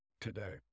today